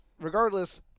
regardless